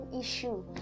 issue